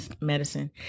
medicine